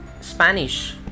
Spanish